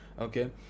Okay